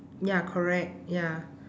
ya correct ya